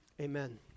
Amen